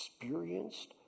experienced